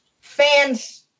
fans